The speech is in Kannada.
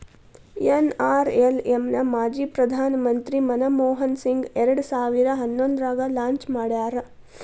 ಎನ್.ಆರ್.ಎಲ್.ಎಂ ನ ಮಾಜಿ ಪ್ರಧಾನ್ ಮಂತ್ರಿ ಮನಮೋಹನ್ ಸಿಂಗ್ ಎರಡ್ ಸಾವಿರ ಹನ್ನೊಂದ್ರಾಗ ಲಾಂಚ್ ಮಾಡ್ಯಾರ